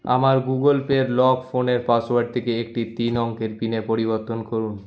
আমার গুগল পেয়ের লক ফোনের পাসওয়ার্ড থেকে একটি তিন অঙ্কের পিনে পরিবর্তন করুন